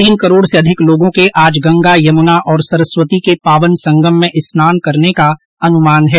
तीन करोड़ से अधिक लोगों के आज गंगा यमुना और सरस्वती के पावन संगम में स्नान करने का अनुमान है